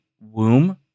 womb